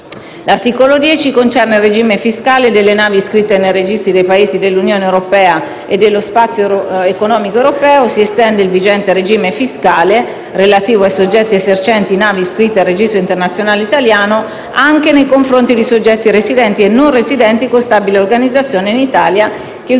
L'articolo 10 concerne il regime fiscale delle navi iscritte nei registri dei Paesi dell'Unione europea o dello Spazio economico europeo (SEE). Si estende il vigente regime fiscale relativo ai soggetti esercenti navi iscritte al Registro internazionale italiano, anche nei confronti di soggetti residenti e non residenti con stabile organizzazione in Italia che utilizzano navi